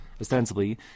ostensibly